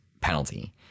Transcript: Penalty